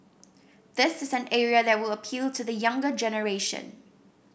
this is an area that would appeal to the younger generation